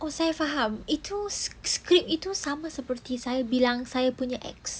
oh saya faham itu sc~ itu seperti saya bilang saya punya ex